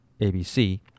ABC